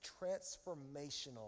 transformational